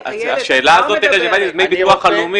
השאלה הזאת רלוונטית לגבי דמי הביטוח הלאומי,